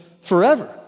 forever